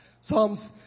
Psalms